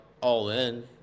all-in